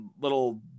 little